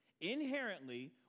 inherently